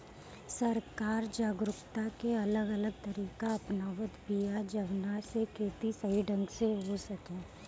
सरकार जागरूकता के अलग अलग तरीका अपनावत बिया जवना से खेती सही ढंग से हो सके